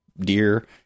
deer